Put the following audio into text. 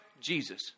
Jesus